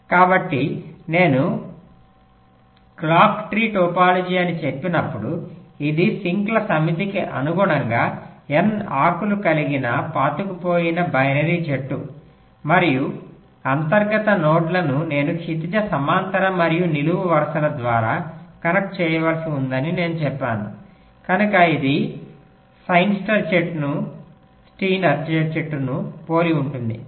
కాబట్టి నేను clock tree topology అని చెప్పినప్పుడు ఇది సింక్ల సమితికి అనుగుణంగా n ఆకులు కలిగిన పాతుకుపోయిన బైనరీ చెట్టు మరియు అంతర్గత నోడ్లను నేను క్షితిజ సమాంతర మరియు నిలువు వరుసల ద్వారా కనెక్ట్ చేయవలసి ఉందని నేను చెప్పాను కనుక ఇది స్టైనర్ చెట్టును పోలి ఉంటుంది